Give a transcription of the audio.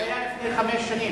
זה היה לפני חמש שנים.